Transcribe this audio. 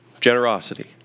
generosity